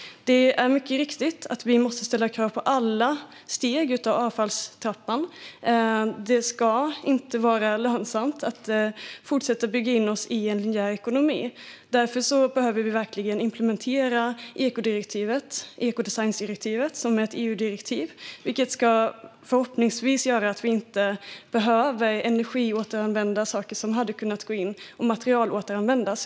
Det är mycket riktigt så att vi måste ställa krav på alla steg i avfallstrappan. Det ska inte vara lönsamt att fortsätta att bygga in oss i en linjär ekonomi. Därför behöver vi verkligen implementera EKO-direktivet, ekodesigndirektivet, som är ett EU-direktiv, vilket förhoppningsvis ska göra så att vi inte behöver energiåteranvända saker som hade kunnat materialåteranvändas.